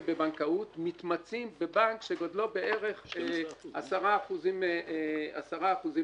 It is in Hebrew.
בבנקאות מתמצים בבנק שגודלו בערך 10% מהשוק.